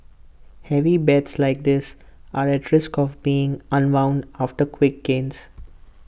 heavy bets like this are at risk of being unwound after quick gains